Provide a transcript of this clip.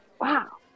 wow